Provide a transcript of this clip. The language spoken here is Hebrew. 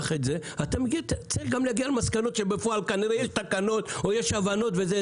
אתה צריך להגיע למסקנות שבפועל כנראה יש תקנות או יש הבנות וזה,